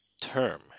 Term